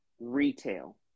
retail